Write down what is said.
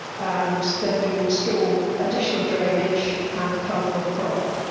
and then you install additional drainage and plant your crop.